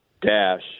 dash